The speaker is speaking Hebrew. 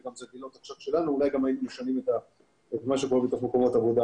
היינו משנים את מה שקורה בתוך מקומות העבודה.